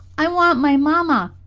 i want my mamma!